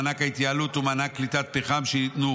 מענק התייעלות ומענק קליטת פחמן שניתנו